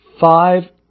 Five